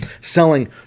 selling